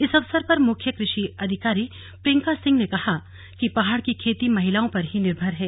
इस अवसर पर मुख्य कृषि अधिकारी प्रियंका सिंह ने कहा कि पहाड़ की खेती महिलाओं पर ही निर्भर है